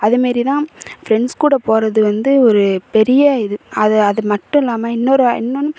அதேமாரி தான் ஃப்ரெண்ட்ஸ் கூட போகிறது வந்து ஒரு பெரிய இது அதை அதை மட்டும் இல்லாமல் இன்னொரு இன்னொன்று